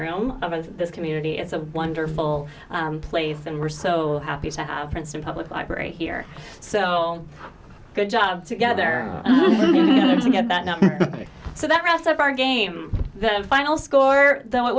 room of this community it's a wonderful place and we're so happy to have princeton public library here so good job together to get that number so that rest of our game that final score though it